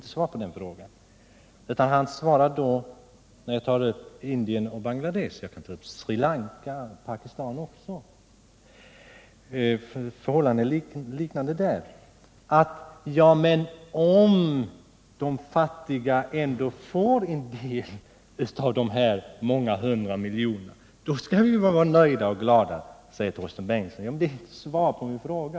När jag tog upp förhållandena i Indien och Bangladesh — jag kan ta upp Sri Lanka och Pakistan också — svarade han: Men om de fattiga ändå får en del av de många hundra miljonerna, skall vi väl vara nöjda och glada. Det är inte svar på min fråga.